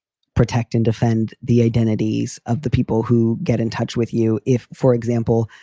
protect and defend the identities of the people who get in touch with you. if, for example,